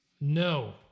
no